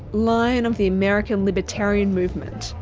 lion of the american libertarian movement,